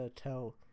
tell